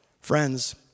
Friends